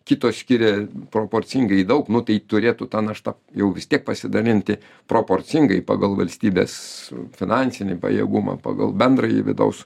kitos skiria proporcingai daug nu tai turėtų ta našta jau vis tiek pasidalinti proporcingai pagal valstybės finansinį pajėgumą pagal bendrąjį vidaus